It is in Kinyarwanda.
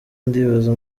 ndibaza